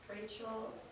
Rachel